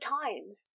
times